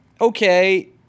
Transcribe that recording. okay